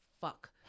fuck